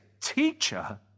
teacher